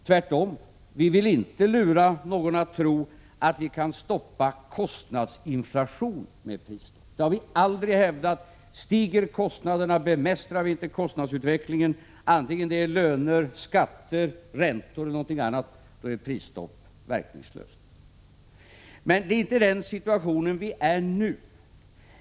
Tvärtom; vi vill inte lura någon att tro att vi kan stoppa en kostnadsinflation med prisstoppet — det har vi aldrig hävdat. Stiger kostnaderna, bemästrar vi inte kostnadsutvecklingen — när det gäller löner, skatter, räntor eller någonting annat — är ett prisstopp verkningslöst. Men det är inte den situationen vi är i nu.